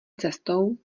cestou